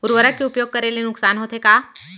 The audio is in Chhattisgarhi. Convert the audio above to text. उर्वरक के उपयोग करे ले नुकसान होथे का?